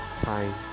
time